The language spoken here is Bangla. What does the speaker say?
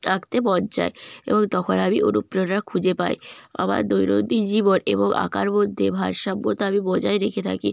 আঁকতে মন চায় এবং তখন আমি অনুপ্রেরণা খুঁজে পাই আমার দৈনন্দিন জীবন এবং আঁকার মধ্যে ভারসাম্যতা আমি বজায় রেখে থাকি